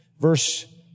verse